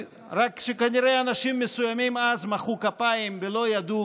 רק שכנראה אנשים מסוימים אז מחאו כפיים ולא ידעו